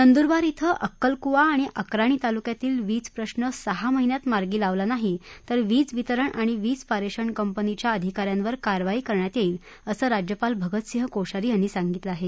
नंदुरबार इथं अक्कलक्वा आणि अक्राणी तालुक्यातील वीज प्रश्र सहा महिन्यात मार्गी लावला नाही तर वीज वितरण आणि विज पारेषण कंपनीच्या अधिका यांवर कारवाई करण्यात येईल असं राज्यपाल भगतसिंग कोश्यारी यांनी सांगितलं आहे